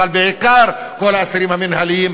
אבל בעיקר את כל האסירים המינהליים,